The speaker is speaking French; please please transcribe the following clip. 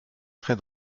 très